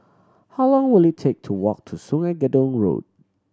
how long will it take to walk to Sungei Gedong Road